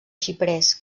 xiprers